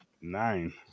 Nine